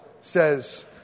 says